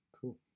cool